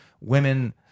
women